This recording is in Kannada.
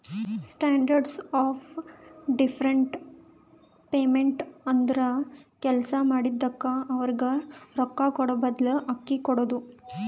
ಸ್ಟ್ಯಾಂಡರ್ಡ್ ಆಫ್ ಡಿಫರ್ಡ್ ಪೇಮೆಂಟ್ ಅಂದುರ್ ಕೆಲ್ಸಾ ಮಾಡಿದುಕ್ಕ ಅವ್ರಗ್ ರೊಕ್ಕಾ ಕೂಡಾಬದ್ಲು ಅಕ್ಕಿ ಕೊಡೋದು